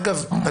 אגב,